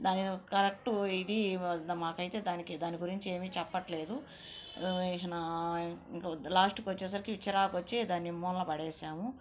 దానికి కరెక్ట్ ఇది మాకైతే దానికి దాన్ని గురించి ఏమీ చెప్పట్లేదు ఇక లాస్ట్కి వచ్చేసరికి చిరాకు వచ్చి దాన్ని మూలన పడేసాము